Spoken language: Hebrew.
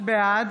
בעד